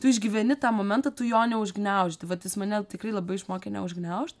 tu išgyveni tą momentą tu jo neužgniaužti tai vat jis mane tikrai labai išmokė neužgniaužt